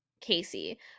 Casey